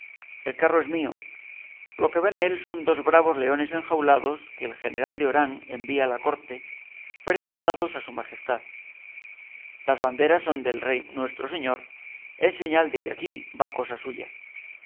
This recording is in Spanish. el carro es mío lo que va en él son dos bravos leones enjaulados que el general de orán envía a la corte presentados a su majestad las banderas son del rey nuestro señor en señal que aquí va cosa suya